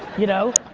you know,